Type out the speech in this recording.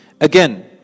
Again